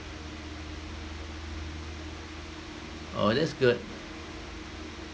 oh that's good